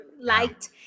liked